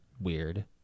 Weird